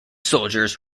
soldiers